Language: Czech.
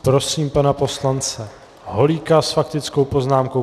Prosím pana poslance Holíka s faktickou poznámkou.